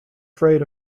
afraid